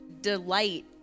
delight